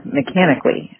mechanically